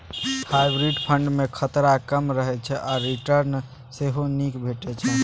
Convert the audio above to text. hybrid fund मे खतरा कम रहय छै आ रिटर्न सेहो नीक भेटै छै